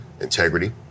integrity